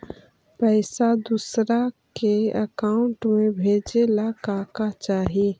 पैसा दूसरा के अकाउंट में भेजे ला का का चाही?